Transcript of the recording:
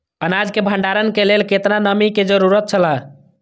अनाज के भण्डार के लेल केतना नमि के जरूरत छला?